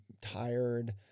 tired